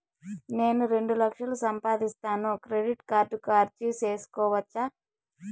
నేను రెండు లక్షలు సంపాదిస్తాను, క్రెడిట్ కార్డుకు అర్జీ సేసుకోవచ్చా?